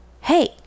hey